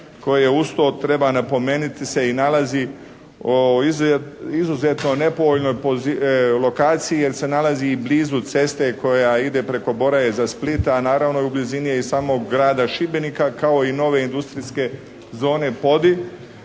koje, uz to treba napomenuti, se i nalazi i blizu ceste koja ide preko Boraja iza Splita, a naravno u blizini je i samog grada Šibenika kao i nove industrijske zone Podil,